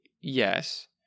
yes